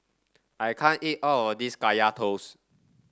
I can't eat all of this Kaya Toast